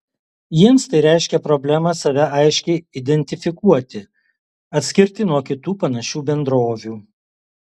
jiems tai reiškia problemą save aiškiai identifikuoti atskirti nuo kitų panašių bendrovių